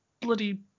bloody